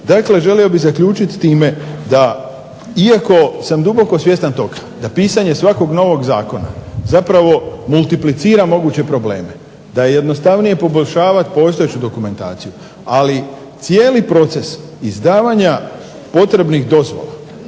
Dakle, želio bi zaključiti s time, da iako sam duboko svjestan toga da pisanje svakog novog zakona zapravo multiplicira moguće probleme, da je jednostavnije poboljšavati postojeću dokumentaciju. Ali, cijeli proces izdavanja potrebnih dozvola